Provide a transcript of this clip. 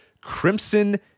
Crimson